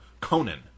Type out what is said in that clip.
Conan